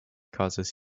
causes